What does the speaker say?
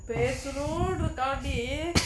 பேசுறதுக்காக வேண்டி:pesurathukaaga vaendi